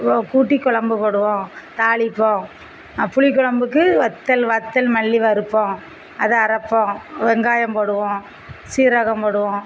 கூட்டி கொழம்பு போடுவோம் தாளிப்போம் புளி கொழம்புக்கு வற்றல் வற்றல் மல்லி வறுப்போம் அதை அரைப்போம் வெங்காயம் போடுவோம் சீரகம் போடுவோம்